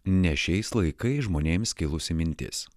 ne šiais laikais žmonėms kilusi mintis